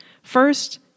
first